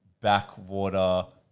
backwater